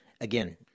again